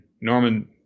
Norman